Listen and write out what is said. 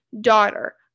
daughter